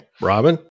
robin